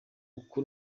uku